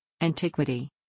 Antiquity